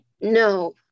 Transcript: No